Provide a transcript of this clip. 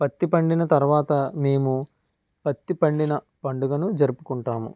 పత్తి పండిన తర్వాత మేము పత్తి పండిన పండుగను జరుపుకుంటాము